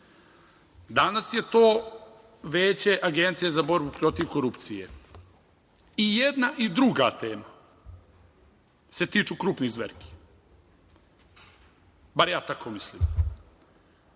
Danas je to Veće Agencije za borbu protiv korupcije. I jedna i druga tema se tiču krupnih zverki, bar ja tako mislim,